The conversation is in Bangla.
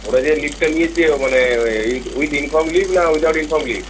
ওরা যে লিভটা নিয়েছে মানে উইথ ইনফর্ম লিভ না উইদাউট ইনফর্ম লিভ